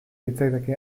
litzaidake